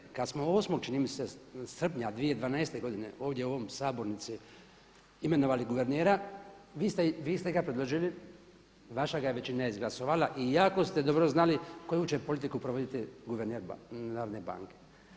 Kad je, kad smo 8. čini mi se srpnja 2012. godine ovdje u ovoj sabornici imenovali guvernera vi ste ga predložili i vaša ga je većina izglasovala i jako ste dobro znali koju će politiku provoditi guverner Narodne banke.